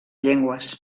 llengües